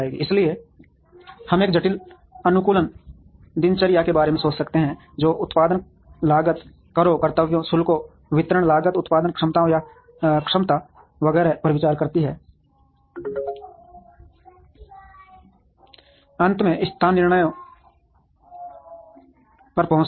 इसलिए हम एक जटिल अनुकूलन दिनचर्या के बारे में सोच सकते हैं जो उत्पादन लागत करों कर्तव्यों शुल्कों वितरण लागत उत्पादन क्षमताओं या क्षमता वगैरह पर विचार करती है अंत में स्थान निर्णयों पर पहुंचते हैं